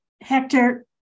Hector